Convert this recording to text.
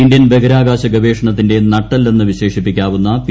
Indian ബഹിരാകാശ ഗവേഷണത്തിന്റെ ്രിക്ടെല്ലെന്ന് വിശേഷിപ്പിക്കാവുന്ന പി